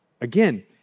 Again